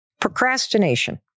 procrastination